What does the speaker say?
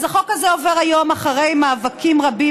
אז החוק הזה עובר היום אחרי מאבקים רבים